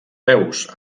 peus